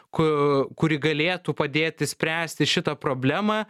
ku kuri galėtų padėti spręsti šitą problemą